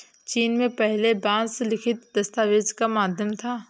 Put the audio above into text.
चीन में पहले बांस लिखित दस्तावेज का माध्यम था